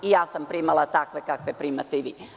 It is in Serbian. I ja sam primala takve kakve primate i vi.